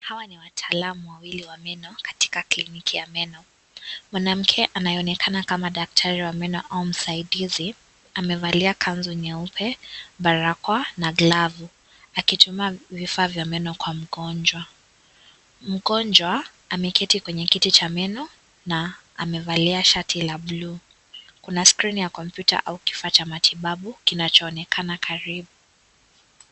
Hawa ni watalamu wawili wa meno katika kliniki ya meno. Mwanamke anayonekana kama daktari wa meno au msaidizi amevalia kanzu nyeupe, barakoa na glavu. Akituma vifaa vya meno kwa mgonjwa. Mgonjwa amekiti kwenye kiti cha meno na amevalia shati la buluu. Kuna skrini ya kompyuta au kifaa cha matibabu kinachoonekana karibu.